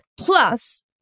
plus